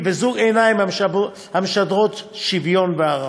וזוג עיניים המשדרות שוויון והערכה.